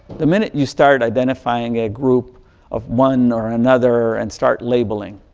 the minute you start identifying a group of one or another and start labelling.